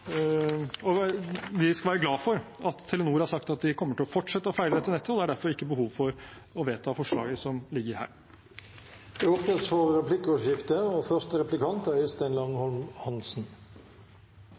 at Telenor har sagt at de kommer til å fortsette feilrettingen på nettet, og det er derfor ikke behov for å vedta forslaget som ligger her. Det blir replikkordskifte. En nevner stadig årstallet 2013 og